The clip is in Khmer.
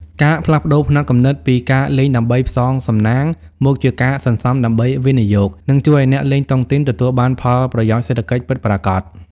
ការផ្លាស់ប្តូរផ្នត់គំនិតពី "ការលេងដើម្បីផ្សងសំណាង" មកជា "ការសន្សំដើម្បីវិនិយោគ" នឹងជួយឱ្យអ្នកលេងតុងទីនទទួលបានផលប្រយោជន៍សេដ្ឋកិច្ចពិតប្រាកដ។